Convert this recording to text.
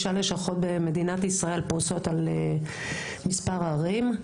56 לשכות שפרושות במספר ערים במדינת ישראל.